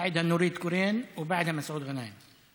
בעדה, נורית קורן, ובעדה, מסעוד גנאים.